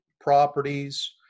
properties